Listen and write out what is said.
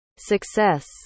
success